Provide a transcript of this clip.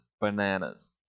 bananas